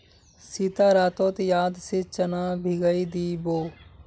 सीता रातोत याद से चना भिगइ दी बो